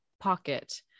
pocket